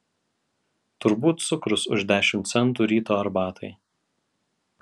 turbūt cukrus už dešimt centų ryto arbatai